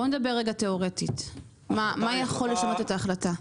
בוא נדבר תאורטית, מה יכול לשנות את ההחלטה?